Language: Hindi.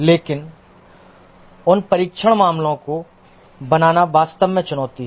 लेकिन उन परीक्षण मामलों को बनाना वास्तव में चुनौती है